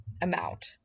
amount